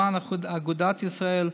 למען אגודת ישראל,